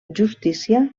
justícia